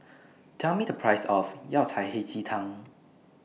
Tell Me The Price of Yao Cai Hei Ji Tang